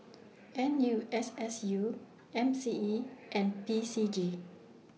N U S S U M C E and P C G